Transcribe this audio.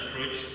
approach